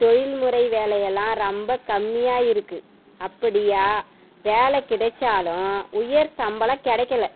தொழில்முறை வேலையெல்லாம் ரொம்ப கம்மியாக இருக்குது அப்படியா வேலை கிடைச்சாலும் உயர் சம்பளம் கிடைக்கல